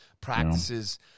practices